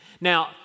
Now